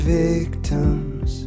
victims